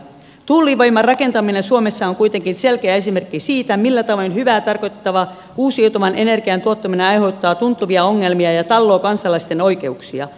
tuulivoiman rakentaminen suomessa on kuitenkin selkeä esimerkki siitä millä tavoin hyvää tarkoittava uusiutuvan energian tuottaminen aiheuttaa tuntuvia ongelmia ja talloo kansalaisten oikeuksia